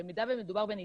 במידה ומדובר ב"ניצוץ",